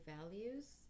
values